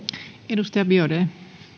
arvoisa puhemies